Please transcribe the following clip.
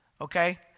Okay